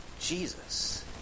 Jesus